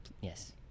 Yes